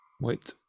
wait